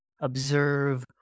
observe